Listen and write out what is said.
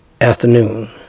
afternoon